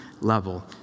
level